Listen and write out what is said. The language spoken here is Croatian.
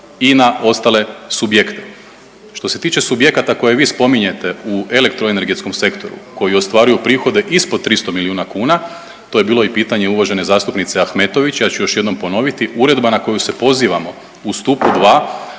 i na ostale subjekte. Što se tiče subjekata koje vi spominjete u elektro-energetskom sektoru, koji ostvaruju prihode ispod 300 milijuna kuna, to je bilo i pitanje uvažene zastupnice Ahmetović, ja ću još jednom ponoviti, uredba na koju se pozivamo u stupu 2,